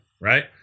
right